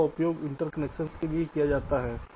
इनका उपयोग इंटरकनेक्शन के लिए किया जाता है